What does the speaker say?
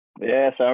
yes